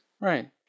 Right